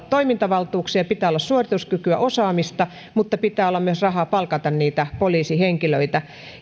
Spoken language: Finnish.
toimintavaltuuksia pitää olla suorituskykyä osaamista mutta pitää olla myös rahaa palkata niitä poliisihenkilöitä